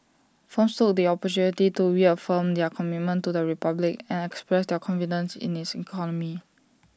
firms took the opportunity to reaffirm their commitment to the republic and express their confidence in its economy